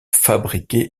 fabriqués